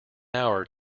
hour